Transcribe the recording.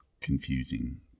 confusing